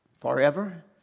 forever